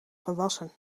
gewassen